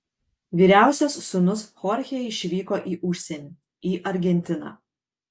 vyriausias sūnus chorchė išvyko į užsienį į argentiną